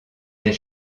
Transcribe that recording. des